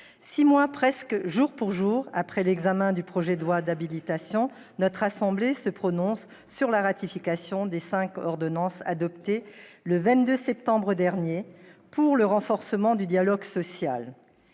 six mois, presque jour pour jour, après l'examen du projet de loi d'habilitation, notre assemblée se prononce sur la ratification des cinq ordonnances « pour le renforcement du dialogue social